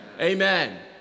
Amen